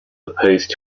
opposed